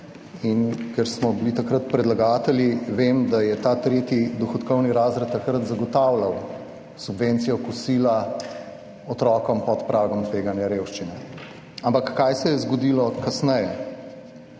ker smo bili takrat predlagatelji, vem, da je ta tretji dohodkovni razred takrat zagotavljal subvencijo kosila otrokom pod pragom tveganja revščine, ampak kaj se je zgodilo kasneje?